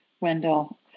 Wendell